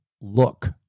look